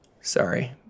sorry